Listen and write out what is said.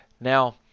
Now